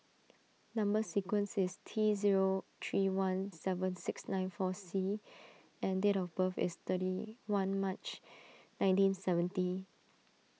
Number Sequence is T zero three one seven six nine four C and date of birth is thirty one March nineteen seventy